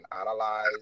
analyze